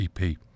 EP